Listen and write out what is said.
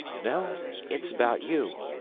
no it's about you.